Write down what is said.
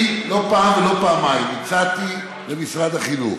אני לא פעם ולא פעמיים הצעתי למשרד החינוך